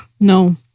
No